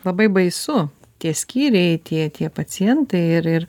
labai baisu tie skyriai tiet tie pacientai ir ir